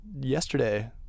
yesterday